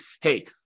hey